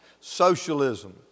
socialism